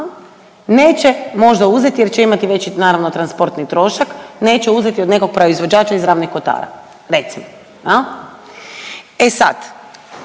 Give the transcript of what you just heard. neće možda uzeti jer će imati veći naravno transportni trošak neće uzeti od nekog proizvođača iz Ravnih Kotara, recimo jel. E sad,